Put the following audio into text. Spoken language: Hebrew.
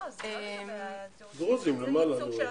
אפס.